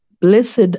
Blessed